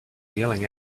yelling